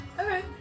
Okay